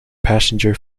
passenger